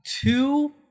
two